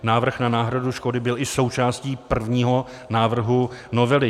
Návrh na náhradu škody byl i součástí prvního návrhu novely.